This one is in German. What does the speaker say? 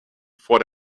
vor